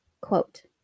quote